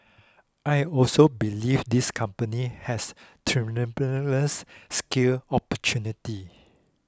I also believe this company has tremendous scale opportunity